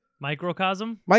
Microcosm